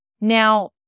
Now